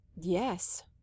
Yes